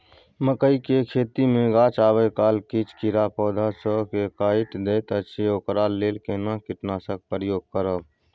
मकई के खेती मे गाछ आबै काल किछ कीरा पौधा स के काइट दैत अछि ओकरा लेल केना कीटनासक प्रयोग करब?